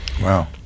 Wow